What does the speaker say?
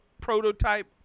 prototype